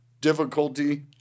difficulty